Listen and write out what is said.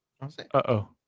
Uh-oh